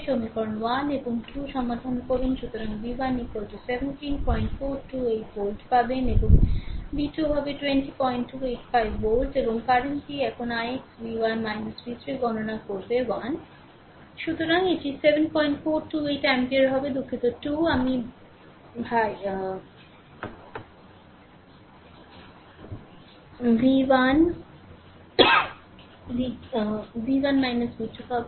সমীকরণ 1 এবং 2 সমাধান করুন সুতরাং v1 17428 ভোল্ট পাবেন এবং v2 হবে 20285 ভোল্ট এবং কারেন্ট টি এখন ix v1 v3 গণনা করবে 1 সুতরাং এটি 7428 অ্যাম্পিয়ার হবে দুঃখিত 2 আমি v 1 V 2 পাব